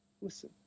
Listen